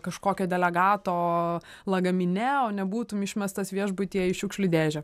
kažkokio delegato lagamine o nebūtum išmestas viešbutyje į šiukšlių dėžę